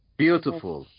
beautiful